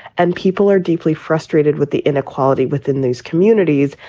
and people are deeply frustrated with the inequality within these communities.